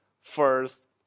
first